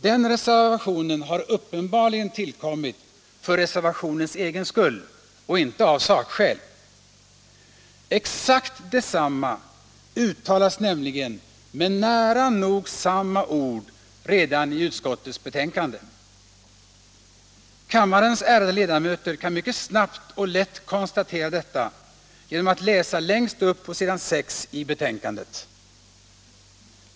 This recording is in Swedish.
Den reservationen har uppenbarligen tillkommit för reservationens egen skull och inte av sakskäl. Exakt detsamma uttalas nämligen med nära nog samma ord redan i utskottets betänkande. Kammarens ärade ledamöter kan mycket snabbt och lätt konstatera detta genom att läsa längst upp på s. 6 i betänkandet.